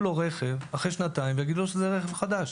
לו רכב אחרי שנתיים ויגידו שזה חדש.